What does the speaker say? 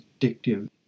addictive